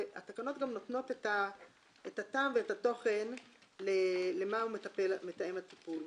והתקנות גם נותנות את הטעם ואת התוכן למה הוא מתאם הטיפול,